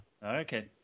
Okay